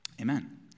Amen